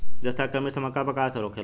जस्ता के कमी से मक्का पर का असर होखेला?